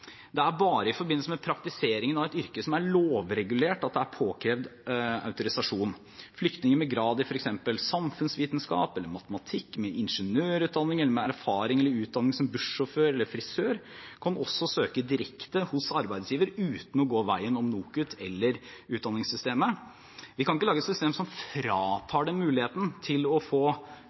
Det er bare i forbindelse med praktisering av et yrke som er lovregulert at det er påkrevd med en autorisasjon. Flyktninger med en grad i f.eks. samfunnsvitenskap eller matematikk, med ingeniørutdanning, eller med erfaring/utdanning som bussjåfør eller frisør, kan også søke arbeid direkte hos arbeidsgiver uten å gå veien om NOKUT eller utdanningssystemet. Vi kan ikke lage et system som fratar dem muligheten til å få